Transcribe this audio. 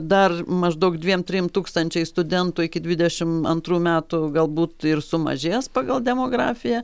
dar maždaug dviem trim tūkstančiais studentų iki dvidešim antrų metų galbūt ir sumažės pagal demografiją